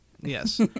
Yes